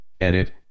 edit